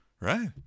Right